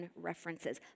references